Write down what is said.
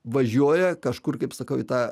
važiuoja kažkur kaip sakau į tą